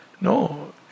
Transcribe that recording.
No